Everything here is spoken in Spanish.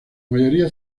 mayoría